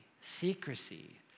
secrecy